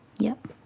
yep.